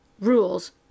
rules